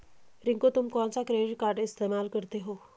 रिंकू तुम कौन सा क्रेडिट कार्ड इस्तमाल करते हो?